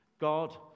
God